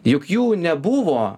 juk jų nebuvo